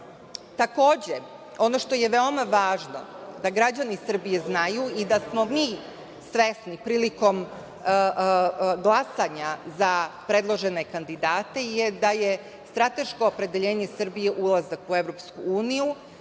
ono što je veoma važno, da građani Srbije znaju i da smo mi svesni, prilikom glasanja za predložene kandidate je da je strateško opredeljenje Srbije ulazak u EU,